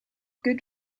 good